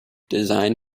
design